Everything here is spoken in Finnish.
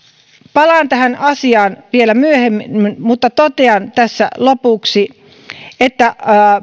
palaan tähän asiaan vielä myöhemmin mutta totean tässä lopuksi että